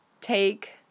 take